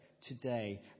today